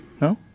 No